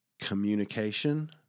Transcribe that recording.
communication